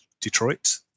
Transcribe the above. Detroit